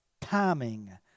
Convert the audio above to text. timing